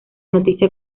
noticia